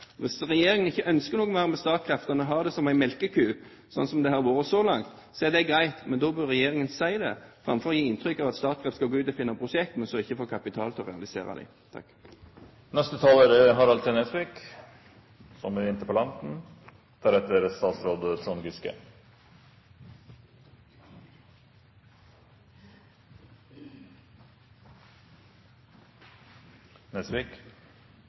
Hvis regjeringen ikke ønsker noe mer med Statkraft enn å ha det som en melkeku, slik det har vært så langt, er det greit, men da bør regjeringen si det, framfor å gi inntrykk av at Statkraft skal gå ut og finne prosjekter, men som de ikke får kapital til å realisere.